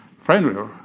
friendly